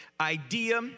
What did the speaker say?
idea